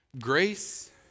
Grace